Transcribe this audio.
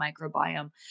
microbiome